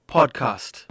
Podcast